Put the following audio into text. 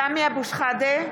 (קוראת בשמות חברי הכנסת) סמי אבו שחאדה,